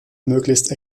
möglichst